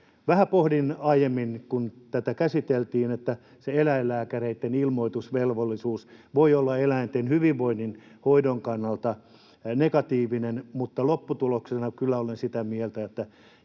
Vähän pohdin aiemmin, kun tätä käsiteltiin, että se eläinlääkäreitten ilmoitusvelvollisuus voi olla eläinten hyvinvoinnin ja hoidon kannalta negatiivinen, mutta lopputuloksena kyllä olen sitä mieltä